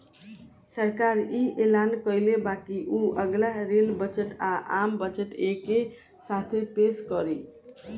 सरकार इ ऐलान कइले बा की उ अगला रेल बजट आ, आम बजट एके साथे पेस करी